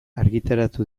argitaratu